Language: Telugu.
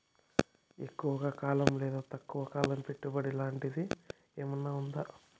ఎక్కువగా కాలం లేదా తక్కువ కాలం పెట్టుబడి లాంటిది ఏమన్నా ఉందా